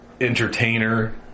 entertainer